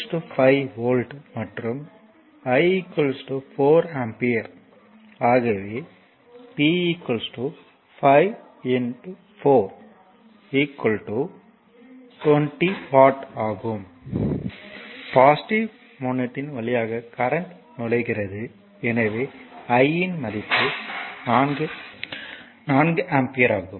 V 5 volt மற்றும் I 4 ampere ஆகவே P 5 4 20 watt positive முனையத்தின் வழியாக கரண்ட் நுழைகிறது எனவே I இன் மடிப்பு 4 அம்ப்யர் ஆகும்